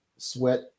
Sweat